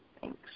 Thanks